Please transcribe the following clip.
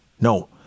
no